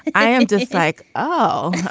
i am just like, oh,